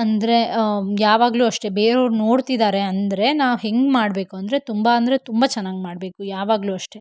ಅಂದರೆ ಯಾವಾಗಲೂ ಅಷ್ಟೆ ಬೇರೆಯವ್ರು ನೋಡ್ತಿದ್ದಾರೆ ಅಂದರೆ ನಾನು ಹೆಂಗೆ ಮಾಡಬೇಕು ಅಂದರೆ ತುಂಬ ಅಂದರೆ ತುಂಬ ಚೆನ್ನಾಗಿ ಮಾಡಬೇಕು ಯಾವಾಗಲೂ ಅಷ್ಟೆ